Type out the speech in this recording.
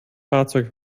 fahrzeug